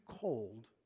cold